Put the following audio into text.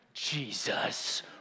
Jesus